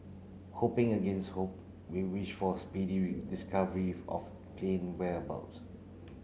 hoping against hope we wish for speedy re discovery of plane whereabouts